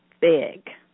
big